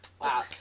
Wow